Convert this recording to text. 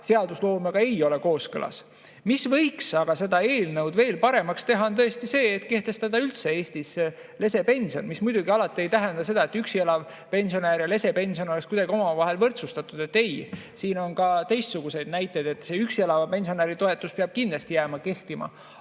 seadusloomega ei ole kooskõlas. Mis võiks aga seda eelnõu veel paremaks teha, on tõesti see, et kehtestada üldse Eestis lesepension, mis muidugi alati ei tähenda seda, et üksi elava pensionäri [toetus] ja lesepension oleks kuidagi omavahel võrdsustatud. Ei. Siin on ka teistsuguseid näiteid. See üksi elava pensionäri toetus peab kindlasti jääma kehtima.